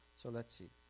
so let's see